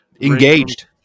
Engaged